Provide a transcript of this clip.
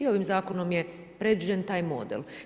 I ovim zakonom je predviđen taj model.